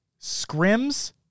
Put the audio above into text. Scrims